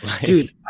Dude